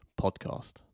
podcast